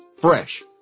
Fresh